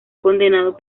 condenado